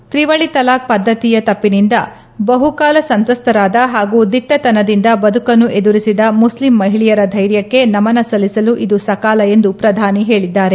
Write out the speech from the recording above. ತ್ರಿವಳಿ ತಲಾಖ್ ಪದ್ದತಿಯ ತಪ್ಪಿನಿಂದ ಬಹುಕಾಲ ಸಂತ್ರಸ್ತರಾದ ಹಾಗೂ ದಿಟ್ಲತನದಿಂದ ಬದುಕನ್ನು ಎದುರಿಸಿದ ಮುಸ್ಲಿಂ ಮಹಿಳೆಯರ ಧೈರ್ಯಕ್ಷೆ ನಮನ ಸಲ್ಲಿಸಲು ಇದು ಸಕಾಲ ಎಂದು ಪ್ರಧಾನಿ ಹೇಳಿದ್ದಾರೆ